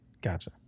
Gotcha